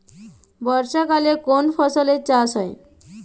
বর্ষাকালে কোন ফসলের চাষ হয়?